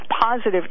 positive